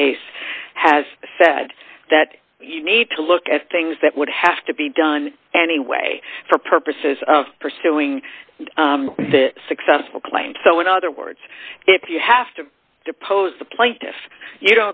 case has said that you need to look at things that would have to be done anyway for purposes of pursuing a successful claim so in other words if you have to depose the plaintiff you